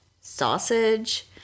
Sausage